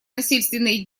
насильственные